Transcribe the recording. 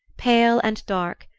pale and dark,